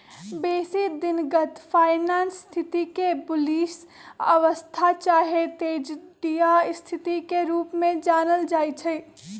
बेशी दिनगत फाइनेंस स्थिति के बुलिश अवस्था चाहे तेजड़िया स्थिति के रूप में जानल जाइ छइ